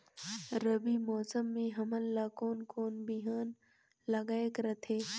रबी मौसम मे हमन ला कोन कोन बिहान लगायेक रथे?